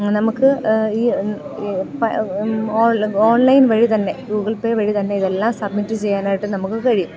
നമുക്ക് ഈ ഓൺലൈൻ വഴി തന്നെ ഗൂഗിൾ പേ വഴി തന്നെ ഇതെല്ലാം സബ്മിറ്റ് ചെയ്യാനായിട്ട് നമുക്ക് കഴിയും